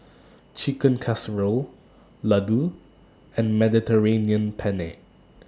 Chicken Casserole Ladoo and Mediterranean Penne